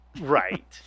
Right